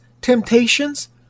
temptations